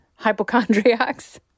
hypochondriacs